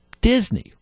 Disney